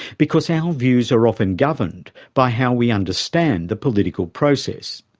because our views are often governed by how we understand the political process.